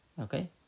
Okay